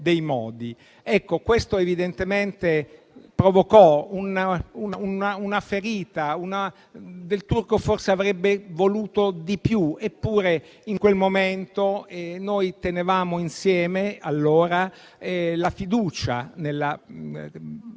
Ecco, questo evidentemente provocò una ferita. Del Turco forse avrebbe voluto di più. Eppure in quel momento tenevamo insieme la fiducia nell'onestà